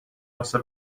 واسه